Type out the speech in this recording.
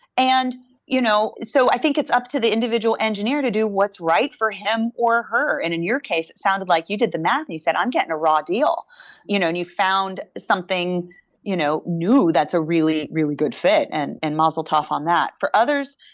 and you know so i think it's up to the individual engineer to do what's right for him or her. and in your case, it sounds like you did the math and you said, i'm getting a raw deal, you know and you found something you know new that's a reall really good faith, and and mazel tov on that. for others,